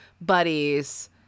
buddies